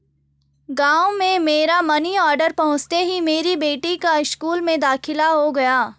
गांव में मेरा मनी ऑर्डर पहुंचते ही मेरी बेटी का स्कूल में दाखिला हो गया